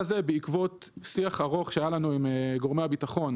בעקבות שיח ארוך שהיה לנו עם גורמי הביטחון,